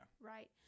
Right